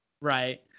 Right